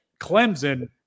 Clemson